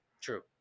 True